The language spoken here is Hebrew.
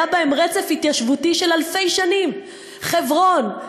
היה בהם רצף התיישבותי של אלפי שנים: חברון,